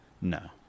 No